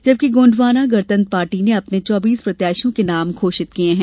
जबकि गोंडवाना गणतंत्र पार्टी ने अपने चौबीस प्रत्याशियों के नाम घोषित किये हैं